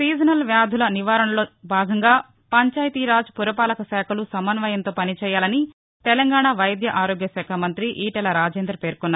seasonal వ్యాధుల నివారణ చర్యల్లో పంచాయతీ రాజ్ పురపాలక శాఖలు సమన్వయంతో పని చేయాలని తెలంగాణ వైద్య ఆరోగ్య శాఖ మంత్రి ఈటెల రాజేందర్ పేర్కొన్నారు